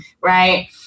right